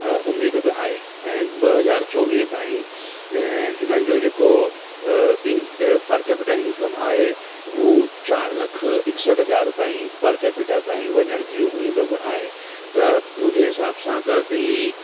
उम्मीद बि आहे ऐं ॿ हज़ार चोवीह ताईं हिननि जो जेको इं पर केपीटा इंकम आहे हू चार लख इकसठि हज़ार ताईं पर केपीटा ताईं वञण जी उम्मीद बि आहे त मुंहिंजे हिसाब सां त दिल्ली